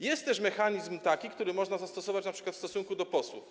Jest też taki mechanizm, który można zastosować np. w stosunku do posłów.